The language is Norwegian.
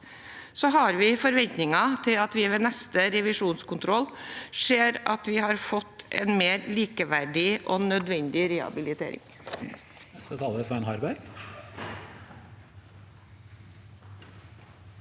Vi har forventninger til at vi ved neste revisjonskontroll ser at vi har fått en mer likeverdig og nødvendig rehabilitering.